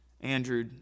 Andrew